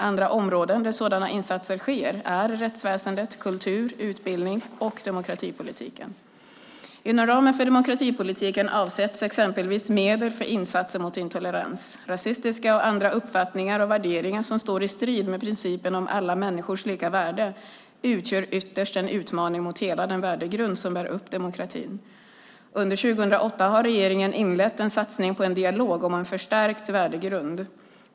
Andra områden där sådana insatser sker är rättsväsen, kultur, utbildning och demokratipolitiken. Inom ramen för demokratipolitiken avsätts exempelvis medel för insatser mot intolerans. Rasistiska och andra uppfattningar och värderingar som står i strid med principen om alla människors lika värde utgör ytterst en utmaning mot hela den värdegrund som bär upp demokratin. Under 2008 har regeringen inlett en satsning på en dialog om en förstärkt värdegrund.